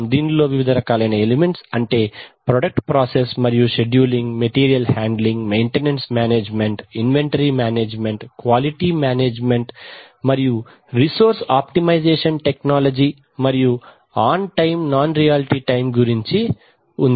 దీనిలో వివిధ రకాలైన ఎలిమెంట్స్ అంటే ప్రోడక్ట్ ప్రాసెస్ మరియు scheduling material handling maintenance management inventory management quality management మరియు రిసోర్స్ ఆప్టిమైజేషన్ టెక్నాలజీ మరియు on time non real time గురించి ఉంది